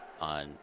on